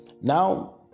Now